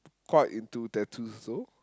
quite into tattoos also